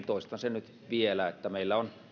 toistan sen nyt vielä että meillä on